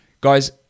Guys